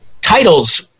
titles